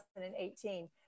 2018